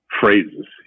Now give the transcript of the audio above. phrases